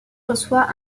reçoit